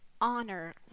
honor